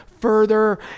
further